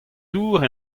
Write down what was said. dour